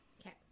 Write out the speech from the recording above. Okay